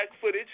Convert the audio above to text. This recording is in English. footage